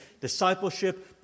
discipleship